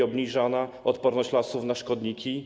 Obniża ona odporność lasów na szkodniki.